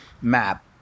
map